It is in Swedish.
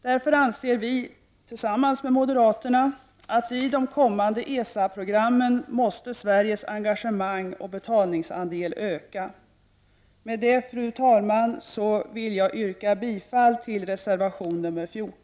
Därför anser vi, tillsammans med moderaterna, att Sveriges engagemang och betalningsandel i de kommande ESA-programmen måste öka. Fru talman! Med detta vill jag yrka bifall till reservation 14.